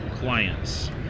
clients